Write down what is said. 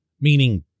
meaning